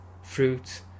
Fruits